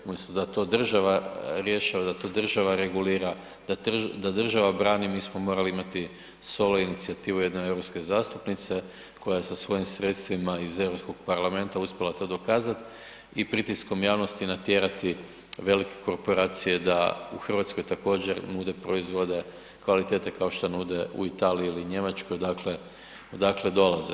Umjesto da to država rješava, da to država regulira, da država brani, mi smo morali imati solo inicijativu jedne europske zastupnice koja je sa svojim sredstvima iz Europskog parlamenta uspjela to dokazat i pritiskom javnosti natjerati velike korporacije da u RH također nude proizvode kvalitete kao što nude u Italiji ili Njemačkoj, dakle odakle dolaze.